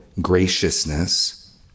Graciousness